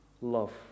love